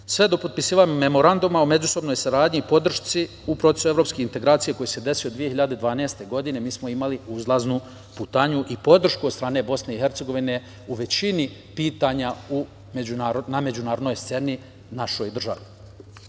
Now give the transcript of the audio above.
Sve do potpisivanja Memoranduma o međusobnoj saradnji i podršci u procesu evropskih integracija koji se desio 2012. godine, mi smo imali uzlaznu putanju i podršku od strane BiH u većini pitanja na međunarodnoj sceni. To je